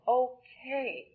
okay